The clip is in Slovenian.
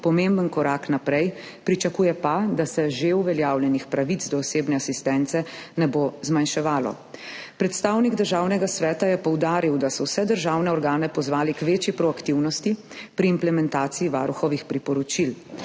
pomemben korak naprej, pričakuje pa, da se že uveljavljenih pravic do osebne asistence ne bo zmanjševalo. Predstavnik Državnega sveta je poudaril, da so vse državne organe pozvali k večji proaktivnosti pri implementaciji varuhovih priporočil.